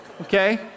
Okay